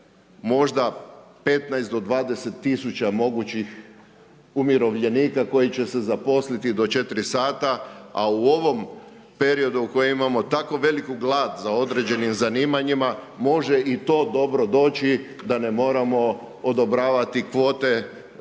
možda 15-20 tisuća mogućih umirovljenika koji će se zaposliti do 4 sata a u ovom periodu kojem imamo tako veliku glad za određenim zanimanjima, može i to dobro doći da ne moramo odobravati kvote uvoza